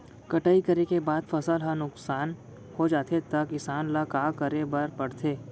कटाई करे के बाद फसल ह नुकसान हो जाथे त किसान ल का करे बर पढ़थे?